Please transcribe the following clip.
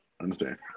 Understand